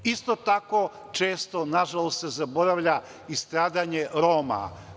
Isto tako često, nažalost, se zaboravlja i stradanje Roma.